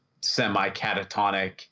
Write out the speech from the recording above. semi-catatonic